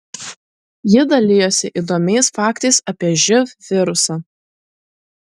ji dalijosi įdomiais faktais apie živ virusą